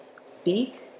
Speak